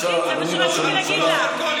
הצענו כמה פעמים,